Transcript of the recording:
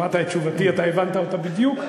שמעת את תשובתי, הבנת אותה בדיוק.